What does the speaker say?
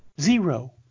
Zero